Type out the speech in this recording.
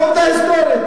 כאן, זו עובדה היסטורית.